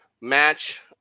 match